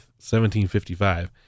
1755